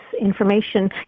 information